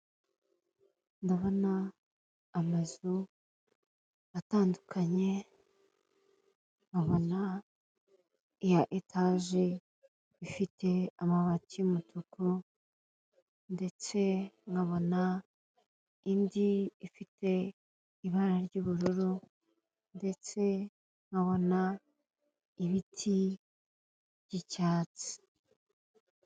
Ndabona amazu atandukanye; nkabona iya etage ifite amabati y'umutuku, ndetse nkabona indi ifite ibara ry'ubururu, ndetse nkabona ibiti by'icyatsi.